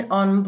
on